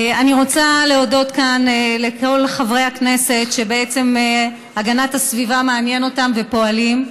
אני רוצה להודות כאן לכל חברי הכנסת שהגנת הסביבה מעניינת אותם ופועלים,